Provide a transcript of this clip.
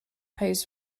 pose